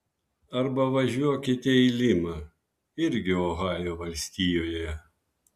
arba važiuokite į limą irgi ohajo valstijoje